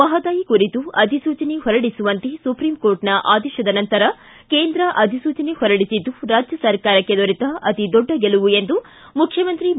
ಮಹದಾಯಿ ಕುರಿತು ಅಧಿಸೂಚನೆ ಹೊರಡಿಸುವಂತೆ ಸುಪ್ರೀಂಕೋರ್ಟ್ನ ಆದೇಶದ ನಂತರ ಕೇಂದ್ರ ಅಧಿಸೂಚನೆ ಹೊರಡಿಸಿದ್ದು ರಾಜ್ಯ ಸರ್ಕಾರಕ್ಕೆ ದೊರೆತ ಅತಿದೊಡ್ಡ ಗೆಲುವು ಎಂದು ಮುಖ್ಯಮಂತ್ರಿ ಬಿ